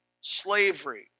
slavery